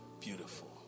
beautiful